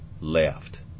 left